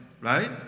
right